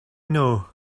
know